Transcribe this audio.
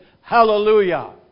Hallelujah